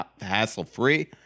hassle-free